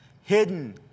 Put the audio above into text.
Hidden